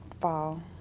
Fall